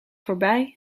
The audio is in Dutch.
voorbij